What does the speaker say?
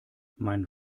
mein